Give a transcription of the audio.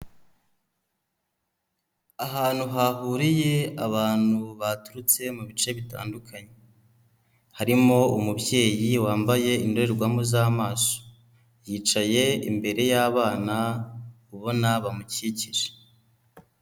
Ahantu hahuriye abantu baturutse mu bice bitandukanye, harimo umubyeyi wambaye indorerwamo z'amaso, yicaye imbere y'abana ubona bamukikije.